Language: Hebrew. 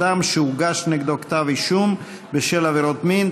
אדם שהוגש נגדו כתב אישום בשל עבירות מין),